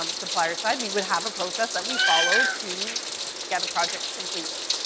um supplier side, we would have a process that we follow to get a project completed.